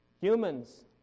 Humans